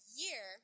year